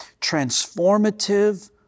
transformative